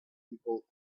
people